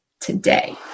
today